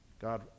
God